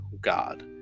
God